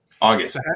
August